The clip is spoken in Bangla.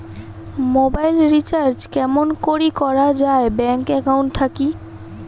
মোবাইল রিচার্জ কেমন করি করা যায় ব্যাংক একাউন্ট থাকি?